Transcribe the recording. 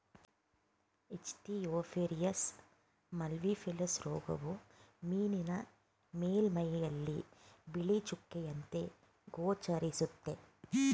Ichthyophthirius multifiliis ರೋಗವು ಮೀನಿನ ಮೇಲ್ಮೈಯಲ್ಲಿ ಬಿಳಿ ಚುಕ್ಕೆಯಂತೆ ಗೋಚರಿಸುತ್ತೆ